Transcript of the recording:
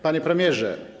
Panie Premierze!